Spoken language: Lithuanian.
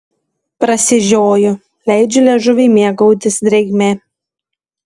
prasižioju leidžiu liežuviui mėgautis drėgme